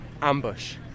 ambush